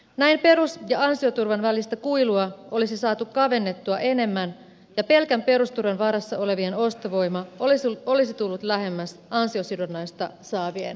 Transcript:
näin perus ja ansioturvan välistä kuilua olisi saatu kavennettua enemmän ja pelkän perusturvan varassa olevien ostovoima olisi tullut lähemmäs ansiosidonnaista saavien ostovoimaa